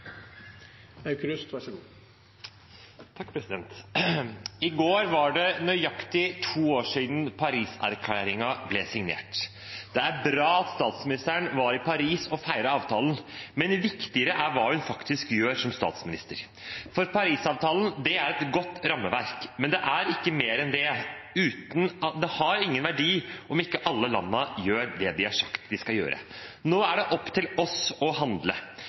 bra at statsministeren var i Paris og feiret avtalen, men det er viktigere hva hun faktisk gjør som statsminister. Parisavtalen er et godt rammeverk, men den har ingen verdi om ikke alle landene gjør det de har sagt de skal gjøre. Nå er det opp til oss å handle.